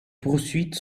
poursuites